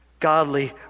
Godly